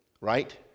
right